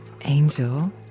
Angel